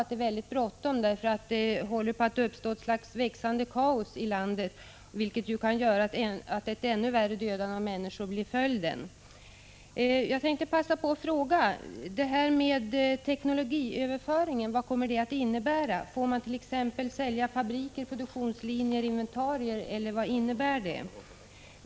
Det är mycket bråttom, har jag en känsla av, eftersom det har uppstått ett växande kaos i landet, vilket kan få till följd ett ännu värre dödande av människor. Prot. 1985/86:155 Nu vill jag passa på tillfället att fråga: Vad kommer detta med teknologi 29 maj 1986 överföringen att innebära?